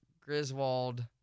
Griswold